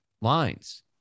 lines